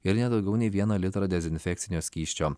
ir ne daugiau nei vieną litrą dezinfekcinio skysčio